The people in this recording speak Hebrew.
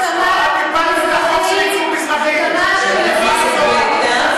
את הפלת את החוק של ייצוג מזרחים, לא סופרת אותם.